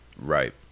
Right